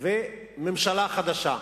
וממשלה חדשה.